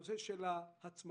והנושא של ההצמדה